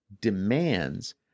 demands